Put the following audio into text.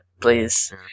please